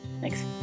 Thanks